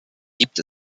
gibt